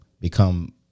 become